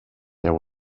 there